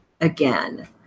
again